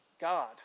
god